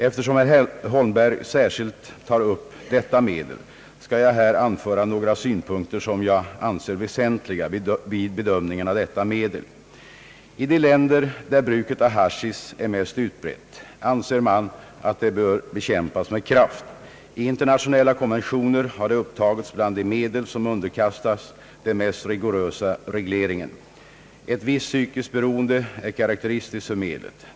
Eftersom herr Holmberg särskilt tar upp detta medel skall jag här anföra några synpunkter, som jag anser väsentliga vid bedömningen av detta medel. I de länder där bruket av haschisch är mest utbrett anser man att det bör bekämpas med kraft, I internationella konventioner har det upptagits bland de medel som underkastas den mest rigorösa regleringen. Ett visst psykiskt beroende är karakteristiskt för medlet.